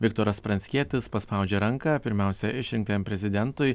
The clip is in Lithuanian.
viktoras pranckietis paspaudžia ranką pirmiausia išrinktajam prezidentui